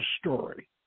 story